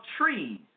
trees